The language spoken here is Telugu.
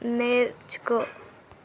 నేర్చుకో